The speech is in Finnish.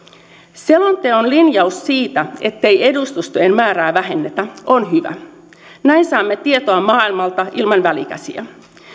selonteon linjaus siitä ettei edustustojen määrää vähennetä on hyvä näin saamme tietoa maailmalta ilman välikäsiä